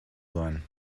sein